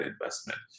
investment